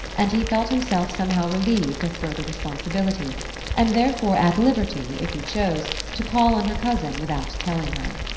and he felt himself somehow relieved of further responsibility and therefore at liberty, if he chose, to call on her cousin without telling her.